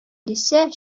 дисә